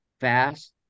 fast